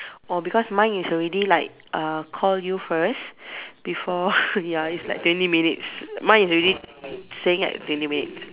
oh because mine is already like uh call you first before ya it's like twenty minutes mine is already saying at twenty minutes